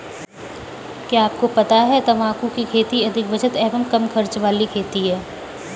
क्या आपको पता है तम्बाकू की खेती अधिक बचत एवं कम खर्च वाली खेती है?